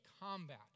combat